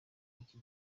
y’iki